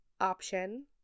option